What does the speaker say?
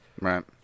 Right